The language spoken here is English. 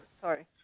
sorry